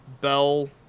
bell